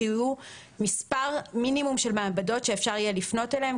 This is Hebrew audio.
שיהיו מספר מינימום של מעבדות שאפשר יהיה לפנות אליהן.